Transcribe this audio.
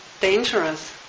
dangerous